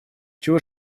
чего